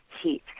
heat